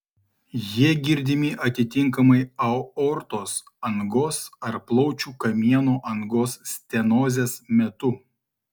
jie girdimi atitinkamai aortos angos ar plaučių kamieno angos stenozės metu